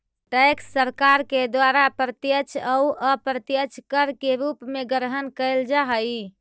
tax सरकार के द्वारा प्रत्यक्ष अउ अप्रत्यक्ष कर के रूप में ग्रहण कैल जा हई